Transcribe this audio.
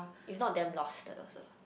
if not damn lost also